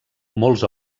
molts